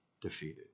defeated